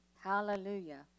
Hallelujah